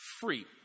free